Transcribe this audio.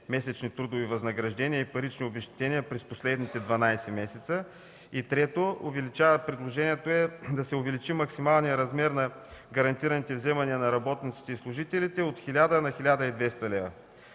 месечни трудови възнаграждения и парични обезщетения през последните 12 месеца. 3. Предложението е да се увеличи максималният размер на гарантираните вземания на работниците и служителите от 1000 на 1200 лв.